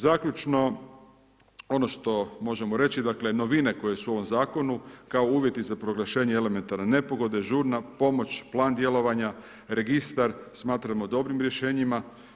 Zaključno, ono što možemo reći, dakle novine koje su u ovom zakonu, kao uvjeti za proglašenje elementarne nepogode, žurna pomoć, plan djelovanja, registar, smatramo dobrim rješenjima.